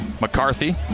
McCarthy